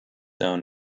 own